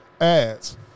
ads